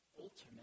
ultimate